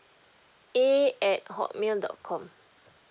a at hotmail dot com